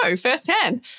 firsthand